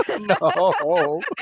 No